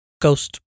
ghost